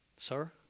sir